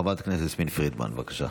חברת הכנסת יסמין פרידמן, בבקשה.